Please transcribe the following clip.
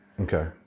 Okay